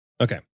Okay